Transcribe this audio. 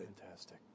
Fantastic